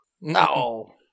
No